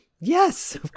Yes